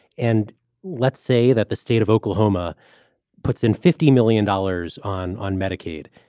and let's say that the state of oklahoma puts in fifty million dollars on on medicaid.